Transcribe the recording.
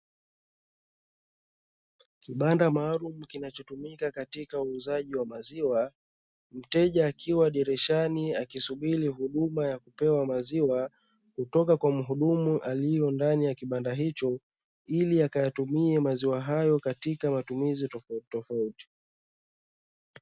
Kibanda maalumu kinachotumika katika uuzaji wa maziwa mteja akiwa dirishani akisubiri huduma ya kupewa maziwa kutoka kwa mhudumu aliyondani kibanda hicho, ili akayatumie maziwa hayo katika matumizi tofautitofauti.